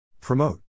Promote